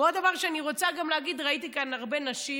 ועוד דבר שאני רוצה להגיד: ראיתי כאן הרבה נשים